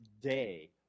day